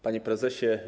Panie Prezesie!